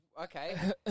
Okay